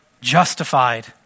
justified